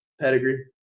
Pedigree